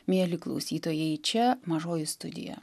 mieli klausytojai čia mažoji studija